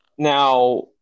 Now